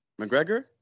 McGregor